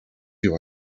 you